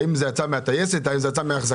האם זה יצא מהטייסת, האם זה יצא מאחזקה?